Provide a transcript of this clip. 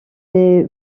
des